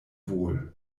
wohl